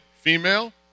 female